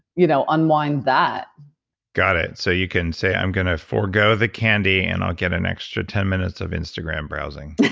you know unwind that got it. so you can say, i'm going to forgo the candy and i'll get an extra ten minutes of instagram browsing